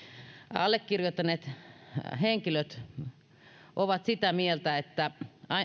allekirjoittaneet henkilöt ovat sitä mieltä että